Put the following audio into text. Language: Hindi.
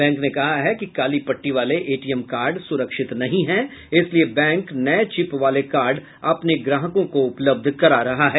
बैंक ने कहा है कि कालीपट्टी वाले एटीएम कार्ड सुरक्षित नहीं है इसलिये बैंक नये चिप वाले कार्ड अपने ग्राहकों को उपलब्ध करा रहा है